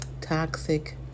toxic